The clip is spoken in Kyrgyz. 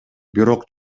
бирок